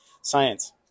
science